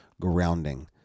grounding